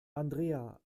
andrea